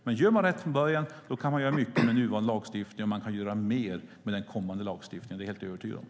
Men gör man rätt från början kan man göra mycket med nuvarande lagstiftning, och man kan göra mer med den kommande lagstiftningen - det är jag helt övertygad om.